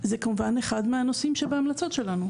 זה כמובן אחד מהנושאים שבהמלצות שלנו.